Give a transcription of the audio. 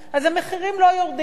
אז המחירים לא יורדים,